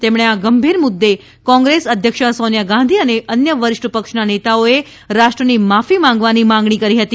તેમણે આ ગંભીર મુદ્દે કોંગ્રેસ અધ્યક્ષા સોનિયા ગાંધી અને અન્ય વરિષ્ઠ પક્ષના નેતાઓએ રાષ્ટ્રની માફી માંગવાની માંગણી કરી હતી